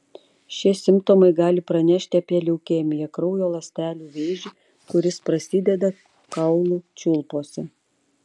šie simptomai gali pranešti apie leukemiją kraujo ląstelių vėžį kuris prasideda kaulų čiulpuose